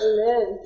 Amen